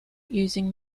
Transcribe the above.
using